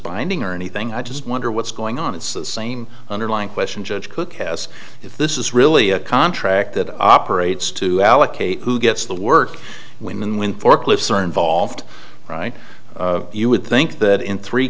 binding or anything i just wonder what's going on it's the same underlying question judge cook has if this is really a contract that operates to allocate who gets the work when and when forklifts earn volved right you would think that in three